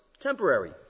temporary